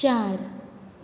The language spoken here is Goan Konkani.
चार